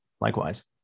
likewise